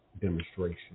demonstration